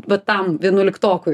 vat tam vienuoliktokui